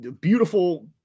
beautiful